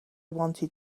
wanted